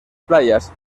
playas